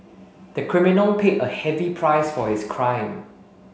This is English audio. the criminal paid a heavy price for his crime